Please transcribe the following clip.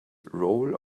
roll